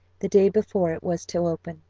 the day before it was to open.